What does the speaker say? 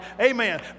Amen